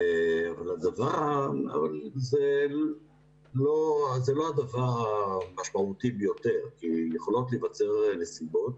אבל זה לא הדבר המשמעותי ביותר כי יכולות להיווצר נסיבות,